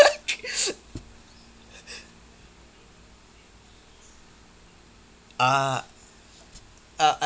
ah uh I